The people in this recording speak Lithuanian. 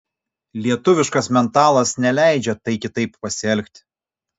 lietuviškas mentalas neleidžia tai kitaip pasielgti